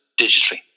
digitally